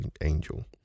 Angel